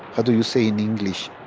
ah do you say in english,